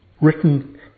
written